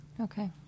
Okay